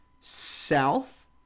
South